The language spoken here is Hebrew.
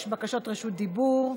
יש בקשות רשות דיבור.